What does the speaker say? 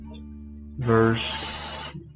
verse